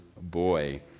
Boy